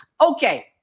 Okay